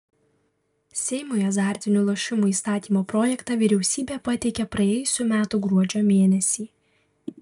seimui azartinių lošimų įstatymo projektą vyriausybė pateikė praėjusių metų gruodžio mėnesį